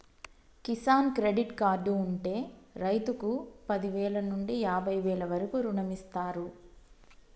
Kisan credit card ఉంటె రైతుకు పదివేల నుండి యాభై వేల వరకు రుణమిస్తారు